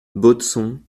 baudson